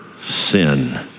sin